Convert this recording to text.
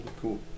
Cool